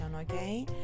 okay